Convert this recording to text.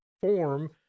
form